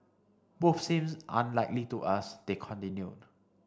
both seems unlikely to us they continued